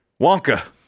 Wonka